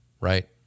right